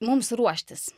mums ruoštis